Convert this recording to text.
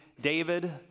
David